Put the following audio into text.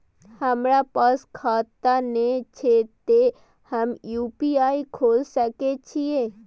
हमरा पास खाता ने छे ते हम यू.पी.आई खोल सके छिए?